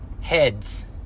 heads